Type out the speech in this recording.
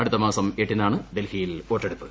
അടുത്ത മാസം എട്ടിനാണ് ഡൽഹിയിൽ വോട്ടെടുപ്പ്